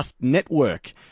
network